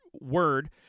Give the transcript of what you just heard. word